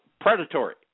predatory